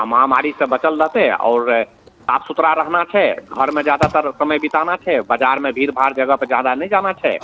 महामारीसँ बचल रहतय आओर साफ सुथड़ा रहना छै घरमे ज्यादातर समय बिताना छै बाजारमे भीड़ भाड़ जगह पर जादा नहि जाना छै